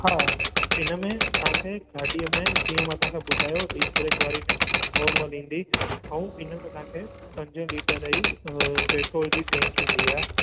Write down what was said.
हा इन में तव्हां खे गाॾीअ में जीअं मां तव्हां खे ॿुधायो डीप ब्रेक वारी त नॉर्मल ईंदी ऐं इन में तव्हां खे पंज लीटर वारी पैट्रोल जी टंकी ईंदी आहे